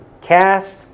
Cast